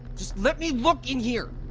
just let me look in here.